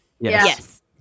Yes